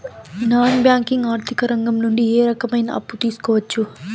Non banking ఆర్థిక రంగం నుండి ఏ రకమైన అప్పు తీసుకోవచ్చు?